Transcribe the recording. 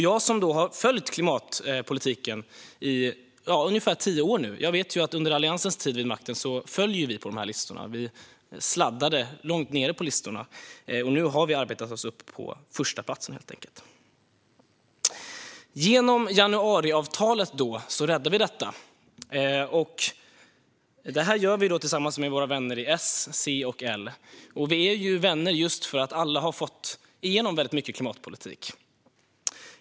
Jag som har följt klimatpolitiken i ungefär tio år nu vet att under Alliansens tid vid makten föll Sverige på dessa listor. Vi sladdade långt ned på listorna. Nu har vi arbetat oss upp till förstaplatsen. Genom januariavtalet räddar vi detta, och vi gör det tillsammans med våra vänner i S, C och L. Vi är vänner just för att alla har fått igenom mycket klimatpolitik.